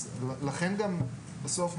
בסוף,